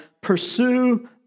pursue